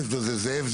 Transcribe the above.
"זאב,